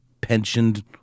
pensioned